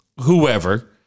whoever